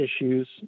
issues